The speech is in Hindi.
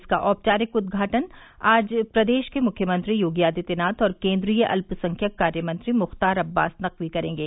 इसका औपचारिक उद्घाटन आज प्रदेश के मुख्यमंत्री योगी आदित्यनाथ और केन्द्रीय अत्यसंख्यक कार्य मंत्री मुख्तार अब्बास नकवी करेंगे